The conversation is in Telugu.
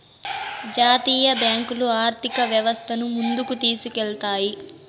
జాతీయ బ్యాంకులు ఆర్థిక వ్యవస్థను ముందుకు తీసుకెళ్తాయి